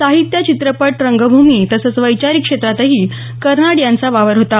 साहित्य चित्रपट रंगभूमी तसंच वैचारिक क्षेत्रातही कर्नाड यांचा वावर होता